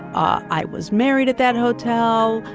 ah i was married at that hotel,